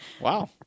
Wow